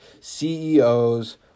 CEOs